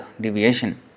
deviation